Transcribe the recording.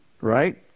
Right